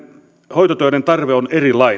hoitotöiden tarve on erilainen